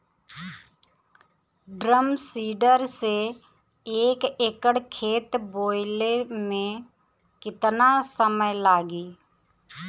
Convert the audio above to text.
Drum seeder से एक एकड़ खेत बोयले मै कितना समय लागी?